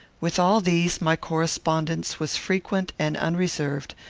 with all these my correspondence was frequent and unreserved,